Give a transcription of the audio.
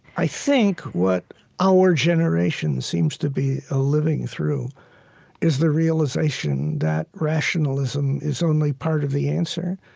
i think what our generation seems to be ah living through is the realization that rationalism is only part of the answer,